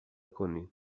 کنین